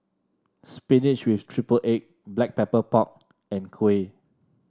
spinach with triple egg Black Pepper Pork and kuih